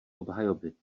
obhajoby